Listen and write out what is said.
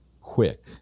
quick